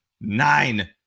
Nine